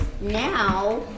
Now